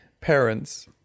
parents